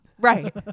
right